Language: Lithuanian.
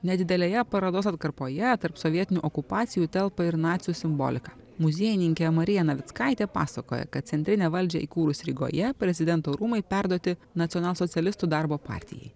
nedidelėje parodos atkarpoje tarp sovietinių okupacijų telpa ir nacių simbolika muziejininkė marija navickaitė pasakoja kad centrinę valdžią įkūrus rygoje prezidento rūmai perduoti nacionalsocialistų darbo partijai